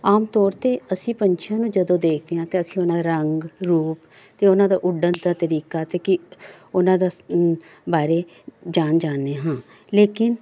ਆਮ ਤੌਰ 'ਤੇ ਅਸੀਂ ਪੰਛੀਆਂ ਨੂੰ ਜਦੋਂ ਦੇਖਦੇ ਹਾਂ ਅਤੇ ਅਸੀਂ ਉਹਨਾਂ ਦਾ ਰੰਗ ਅਤੇ ਉਹਨਾਂ ਦਾ ਉੱਡਣ ਦਾ ਤਰੀਕਾ ਅਤੇ ਕੀ ਉਹਨਾਂ ਦਾ ਬਾਰੇ ਜਾਣ ਜਾਂਦੇ ਹਾਂ ਲੇਕਿਨ